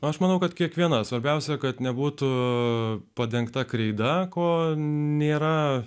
aš manau kad kiekvienas svarbiausia kad nebūtų padengta kreida ko nėra